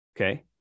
Okay